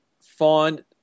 find